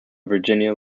virginia